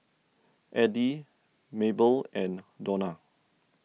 Edie Mabelle and Dona